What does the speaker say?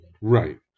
Right